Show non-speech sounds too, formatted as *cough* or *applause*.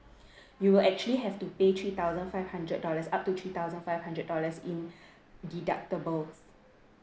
*breath* you will actually have to pay three thousand five hundred dollars up to three thousand five hundred dollars in *breath* deductibles